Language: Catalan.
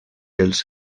els